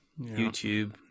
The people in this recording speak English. YouTube